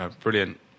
Brilliant